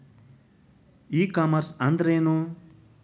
E commerce ಅಂದ್ರೇನು?